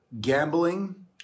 gambling